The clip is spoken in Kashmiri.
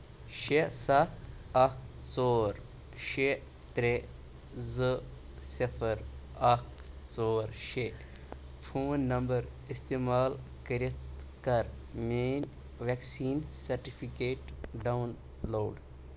شےٚ سَتھ اکھ ژور شےٚ ترٛےٚ زٕ صفر اکھ ژور شےٚ فون نمبر استعمال کٔرِتھ کر میٲنۍ ویکسیٖن سرٹِفکیٹ ڈاوُن لوڈ